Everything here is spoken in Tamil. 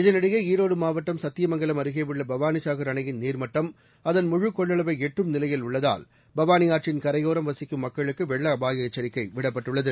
இதனிடையே ஈரோடு மாவட்டம் சத்தியமங்கலம் அருகேயுள்ள பவானி சாகர் அணையின் நீர்மட்டம் அதன் முழுக் கொள்ளளவை எட்டும் நிலையில் உள்ளதால் பவானி ஆற்றின் கரையோரம் வசிக்கும் மக்களுக்கு வெள்ள அபாய எச்சரிக்கை விடப்பட்டுள்ளது